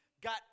got